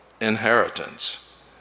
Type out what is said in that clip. inheritance